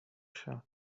się